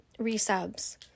resubs